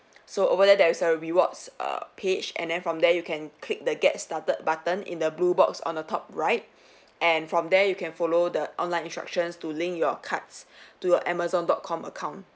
so over there there's a rewards err page and then from there you can click the get started button in the blue box on the top right and from there you can follow the online instructions to link your cards to your amazon dot com account